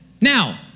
Now